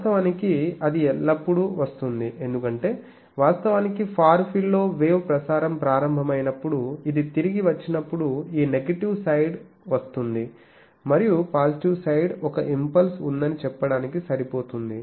వాస్తవానికి అది ఎల్లప్పుడూ వస్తుంది ఎందుకంటే వాస్తవానికి ఫార్ ఫీల్డ్ లో వేవ్ ప్రసారం ప్రాంభమైయినప్పుడుఇది తిరిగి వచ్చినప్పుడు ఈ నెగిటివ్ సైడ్ వస్తుంది మరియు పాజిటివ్ సైడ్ ఒక ఇంపల్స్ ఉందని చెప్పడానికి సరిపోతుంది